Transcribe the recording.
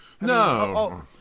No